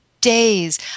days